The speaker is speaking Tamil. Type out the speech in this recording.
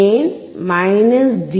ஏன் 3 டி